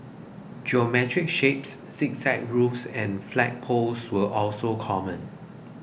geometric shapes zigzag roofs and flagpoles were also common